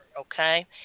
Okay